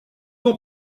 ans